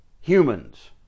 Humans